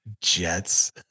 Jets